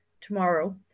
tomorrow